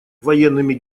военными